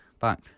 back